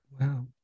Wow